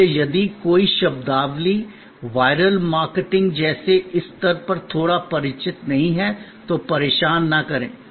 इसलिए यदि कोई शब्दावली वायरल मार्केटिंग जैसे इस स्तर पर थोड़ा परिचित नहीं है तो परेशान न करें